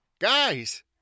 Guys